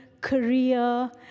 career